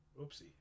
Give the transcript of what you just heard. Oopsie